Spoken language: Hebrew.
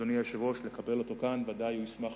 אדוני היושב-ראש, לקבל אותו כאן, הוא בוודאי ישמח